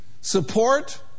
Support